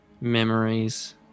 memories